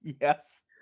Yes